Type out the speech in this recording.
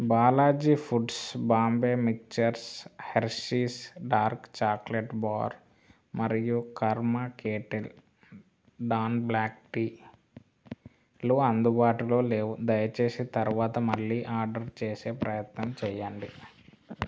Balaji foods Bombay mixtures Hershey's dark chocolate bar మరియు Karma Kettle dawn black tea లు అందుబాటులో లేవు దయచేసి తరువాత మళ్ళీ ఆర్డర్ చేసే ప్రయత్నం చెయ్యండి